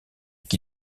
qui